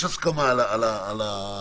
יש הסכמה על הרעיון,